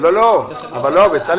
כל חודשיים?